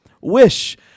Wish